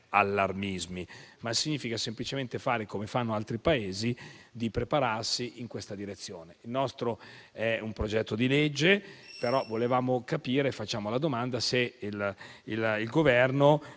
allarmismi, ma significa semplicemente, come fanno altri Paesi, prepararsi in questa direzione. Il nostro è un progetto di legge, ma vogliamo capire - e per questo facciamo la domanda - se il Governo,